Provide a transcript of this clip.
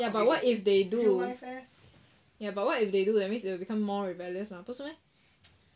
what if they do but what if they do that means will become more rebellious 不是吗